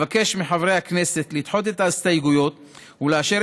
אבקש מחברי הכנסת לדחות את ההסתייגות ולאשר